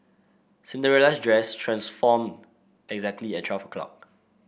Cinderella's dress transformed exactly at twelve o' clock